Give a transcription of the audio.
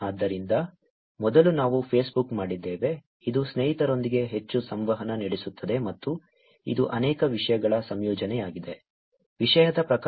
ಆದ್ದರಿಂದ ಮೊದಲು ನಾವು ಫೇಸ್ಬುಕ್ ಮಾಡಿದ್ದೇವೆ ಇದು ಸ್ನೇಹಿತರೊಂದಿಗೆ ಹೆಚ್ಚು ಸಂವಹನ ನಡೆಸುತ್ತದೆ ಮತ್ತು ಇದು ಅನೇಕ ವಿಷಯಗಳ ಸಂಯೋಜನೆಯಾಗಿದೆ ವಿಷಯದ ಪ್ರಕಾರ